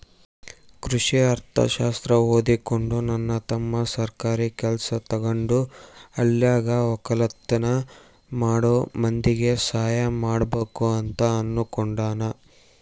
ಕೃಷಿ ಅರ್ಥಶಾಸ್ತ್ರ ಓದಿಕೊಂಡು ನನ್ನ ತಮ್ಮ ಸರ್ಕಾರಿ ಕೆಲ್ಸ ತಗಂಡು ಹಳ್ಳಿಗ ವಕ್ಕಲತನ ಮಾಡೋ ಮಂದಿಗೆ ಸಹಾಯ ಮಾಡಬಕು ಅಂತ ಅನ್ನುಕೊಂಡನ